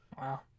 Wow